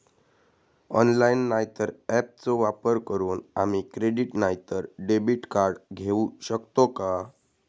Online नाय तर ऍपचो वापर करून आम्ही क्रेडिट नाय तर डेबिट कार्ड घेऊ शकतो का?